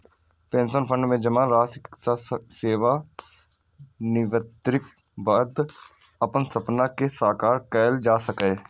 pension fund मे जमा राशि सं सेवानिवृत्तिक बाद अपन सपना कें साकार कैल जा सकैए